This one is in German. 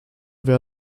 wer